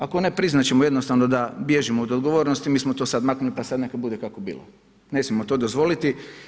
Ako ne priznati ćemo jednostavno da bježimo od odgovornosti, mi smo to sada maknuli pa sada neka bude kako bilo, ne smijemo to dozvoliti.